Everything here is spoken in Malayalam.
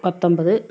പത്തൊൻപത്